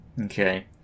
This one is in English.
Okay